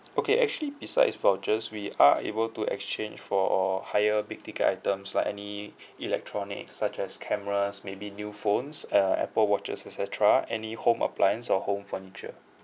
okay actually besides vouchers we are able to exchange for a higher big ticket items like any electronic such as cameras maybe new phones uh apple watches et cetera any home appliance or home furniture